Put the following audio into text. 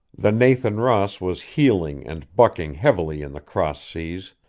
the nathan ross was heeling and bucking heavily in the cross seas,